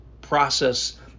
process